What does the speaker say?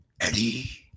Eddie